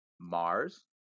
Mars